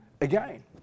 again